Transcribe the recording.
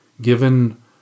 Given